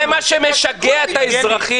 זה מה שמשגע את האזרחים,